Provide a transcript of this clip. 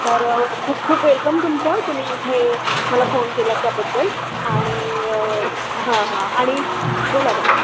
तर खूप खूप वेलकम तुमचं तुम्ही इथे मला फोन केला त्याबद्दल आणि हां हां आणि बोला ना